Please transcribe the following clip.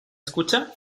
escucha